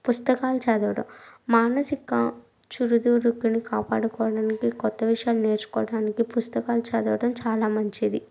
పుస్తకాలు చదవడం మానసిక చురుదురుకులు కాపాడుకోవడానికి కొత్త విషయాలు నేర్చుకోవడానికి పుస్తకాలు చదవడం చాలా మంచిది